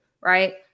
right